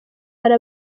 hari